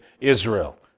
Israel